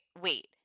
wait